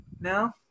No